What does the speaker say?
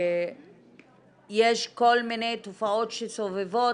יש כל מיני תופעות שסובבות.